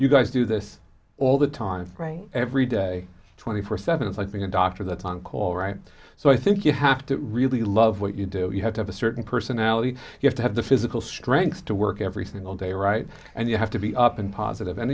you guys do this all the time frame every day twenty four seventh's like being a doctor that on call right so i think you have to really love what you do you have to have a certain personality you have to have the physical strength to work every single day right and you have to be up and positive and